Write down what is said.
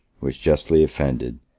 was justly offended,